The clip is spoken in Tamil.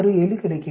67 கிடைக்கிறது